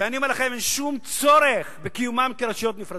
שאני אומר לכם אין שום צורך בקיומן כרשויות נפרדות.